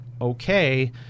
okay